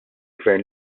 gvern